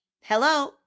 Hello